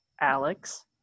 Alex